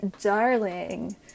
Darling